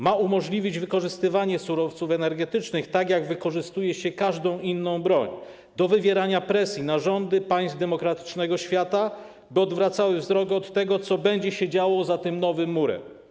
Ma on bowiem umożliwić wykorzystywanie surowców energetycznych, tak jak wykorzystuje się każdą inną broń, do wywierania presji na rządy państw demokratycznego świata, by odwracały wzrok od tego, co będzie się działo za tym nowym murem.